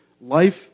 life